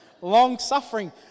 Long-suffering